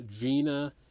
Gina